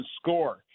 score